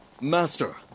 Master